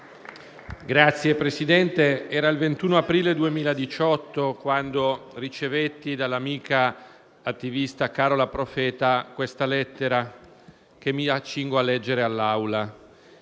Signor Presidente, era il 21 aprile 2018 quando ricevetti dall'amica attivista Carola Profeta questa lettera, che mi accingo a leggere all'Assemblea: